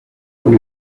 con